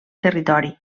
territori